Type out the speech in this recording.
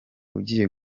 ugiye